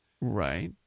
Right